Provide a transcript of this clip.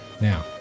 Now